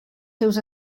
seus